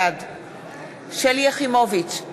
בעד שלי יחימוביץ,